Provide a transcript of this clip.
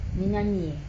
nyanyi-nyanyi eh